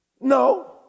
No